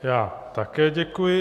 Já také děkuji.